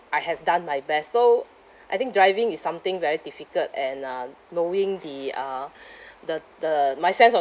I have done my best so I think driving is something very difficult and uh knowing the uh the the my sense of